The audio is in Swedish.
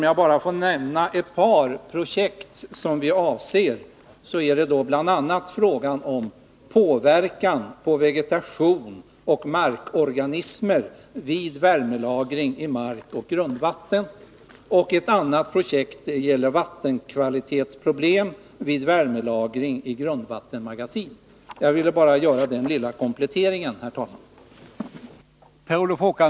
Jag vill nämna bara ett par projekt: påverkan på vegetation och markorganismer vid värmelagring i mark och grundvatten och vattenkvalitetsproblem vid värmelagring i grundvattenmagasin. Herr talman! Jag ville bara göra den lilla kompletteringen.